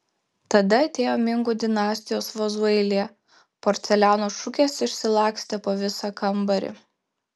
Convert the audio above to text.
tada atėjo mingų dinastijos vazų eilė porceliano šukės išsilakstė po visą kambarį